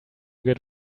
get